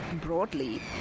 broadly